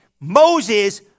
Moses